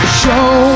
show